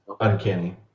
uncanny